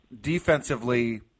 defensively